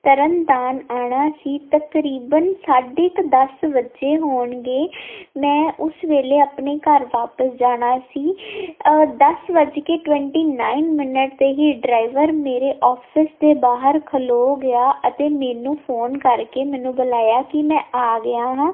ਤਰਨਤਾਰਨ ਆਉਣਾ ਸੀ ਤਕਰੀਬਨ ਸਾਢੇ ਕੁ ਦਸ ਵੱਜੇ ਹੋਣਗੇ ਮੈਂ ਉਸ ਵੇਲੇ ਆਪਣੇ ਘਰ ਵਾਪਿਸ ਜਾਣਾ ਸੀ ਦਸ ਵੱਜ ਕੇ ਟਵੰਟੀ ਨਾਇਨ ਮਿੰਨਟ 'ਤੇ ਹੀ ਡਰਾਈਵਰ ਮੇਰੇ ਔਫਿਸ ਦੇ ਬਾਹਰ ਖਲੋ ਗਿਆ ਅਤੇ ਮੈਨੂੰ ਫ਼ੋਨ ਕਰਕੇ ਮੈਨੂੰ ਬੁਲਾਇਆ ਕਿ ਮੈਂ ਆ ਗਿਆ ਹਾਂ